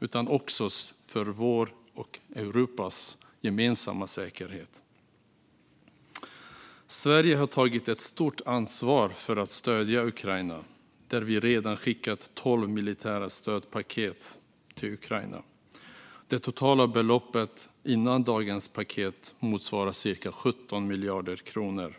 utan också för vår och Europas gemensamma säkerhet. Sverige har tagit ett stort ansvar för att stödja Ukraina. Vi har redan skickat tolv militära stödpaket dit. Det totala beloppet före dagens paket motsvarar cirka 17 miljarder kronor.